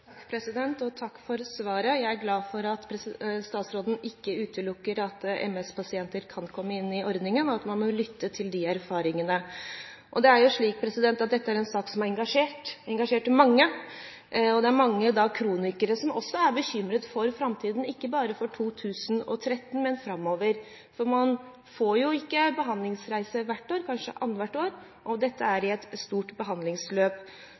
Takk for svaret. Jeg er glad for at statsråden ikke utelukker at MS-pasienter kan komme inn i ordningen, og sier at man må lytte til de erfaringene. Dette er en sak som har engasjert mange. Det er mange kronikere som også er bekymret for framtiden – ikke bare for 2013, men også framover. Man får jo ikke behandlingsreise hvert år – kanskje annethvert år – og dette er i et stort behandlingsløp.